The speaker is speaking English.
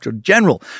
general